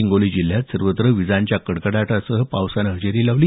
हिंगोली जिल्ह्यात सर्वत्र विजांचा कडकडाटासह पावसानं हजेरी लावली